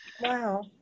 wow